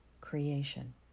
creation